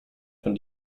von